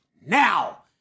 now